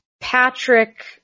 Patrick